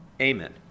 Amen